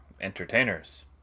Entertainers